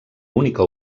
única